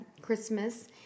Christmas